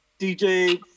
DJ